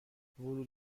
ورود